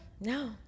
no